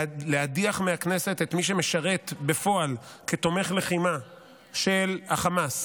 להדיח מהכנסת את מי שמשרת בפועל כתומך לחימה של החמאס